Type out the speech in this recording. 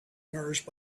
nourished